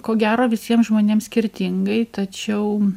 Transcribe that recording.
ko gero visiem žmonėm skirtingai tačiau